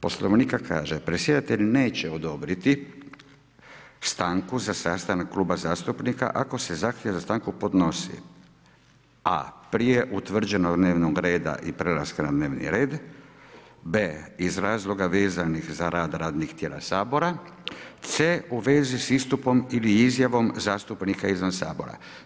Poslovnika kaže, predsjedatelj neće odobriti stanku za sastanak Kluba zastupnika ako se zahtjev za stanku podnosi: a) prije utvrđenog dnevnog reda i prelaska na dnevni red, b) iz razloga vezanih za rad radnih tijela Sabora, c) u vezi s istupom ili izjavom zastupnika izvan sabora.